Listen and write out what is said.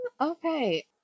Okay